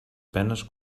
penes